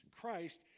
Christ